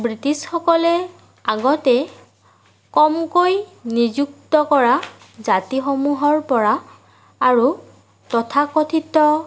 ব্ৰিটিছসকলে আগতে কমকৈ নিযুক্ত কৰা জাতিসমূহৰ পৰা আৰু তথাকথিত